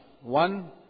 one